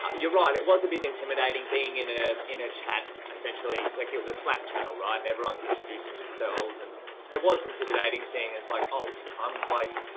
you're right. it was a bit intimidating being in a in a chat, essentially. like it was a slack channel, right. everyone's introducing themselves and it was intimidating saying it's like, oh, i'm like,